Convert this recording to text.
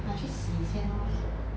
拿去洗先 lor